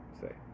say